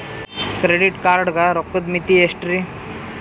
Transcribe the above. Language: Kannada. ಕ್ರೆಡಿಟ್ ಕಾರ್ಡ್ ಗ ರೋಕ್ಕದ್ ಮಿತಿ ಎಷ್ಟ್ರಿ?